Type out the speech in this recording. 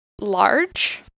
large